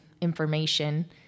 information